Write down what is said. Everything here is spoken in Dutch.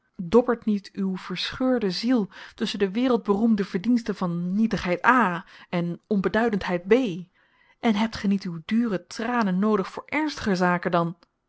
dobbert niet uw verscheurde ziel tusschen de wereldberoemde verdiensten van nietigheid a en onbeduidendheid b en hebt ge niet uw dure tranen noodig voor ernstiger zaken dan